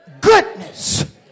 goodness